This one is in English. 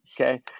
okay